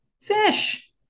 Fish